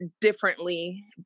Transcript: differently